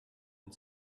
and